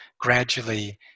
gradually